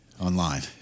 online